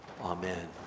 Amen